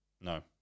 No